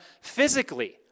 physically